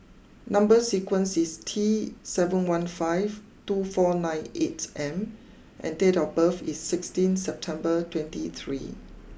number sequence is T seven one five two four nine eight M and date of birth is sixteen September twenty three